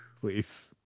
Please